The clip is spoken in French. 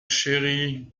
chérie